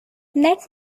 net